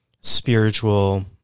spiritual